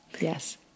Yes